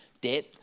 debt